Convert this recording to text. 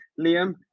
Liam